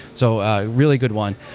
so ah really good one.